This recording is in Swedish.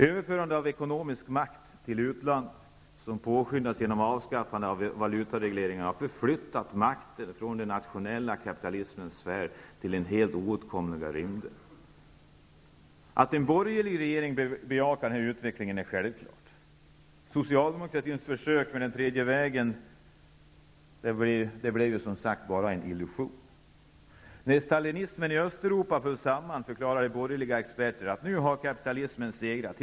Överförande av ekonomisk makt till utlandet, något som påskyndats av avskaffandet av valutaregleringen, har förflyttat makten från den nationella kapitalismens sfär till den helt oåtkomliga rymden. Att en borgerlig regering bejakar denna utveckling är självklart. Socialdemokraternas försök med den tredje vägen blev som sagt bara en illusion. När stalinismen i Östeuropa föll samman förklarade borgerliga experter att kapitalismen hade segrat.